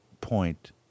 point